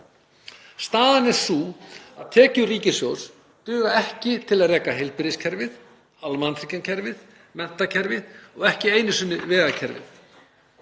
Staðan er sú að tekjur ríkissjóðs duga ekki til að reka heilbrigðiskerfið, almannatryggingakerfið, menntakerfið og ekki einu sinni vegakerfið.